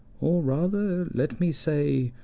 or, rather let me say,